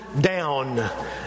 down